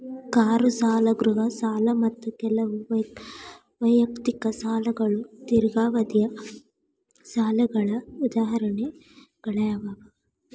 car ಸಾಲ ಗೃಹ ಸಾಲ ಮತ್ತ ಕೆಲವು ವೈಯಕ್ತಿಕ ಸಾಲಗಳು ದೇರ್ಘಾವಧಿಯ ಸಾಲಗಳ ಉದಾಹರಣೆಗಳಾಗ್ಯಾವ